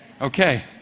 Okay